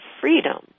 freedom